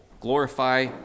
glorify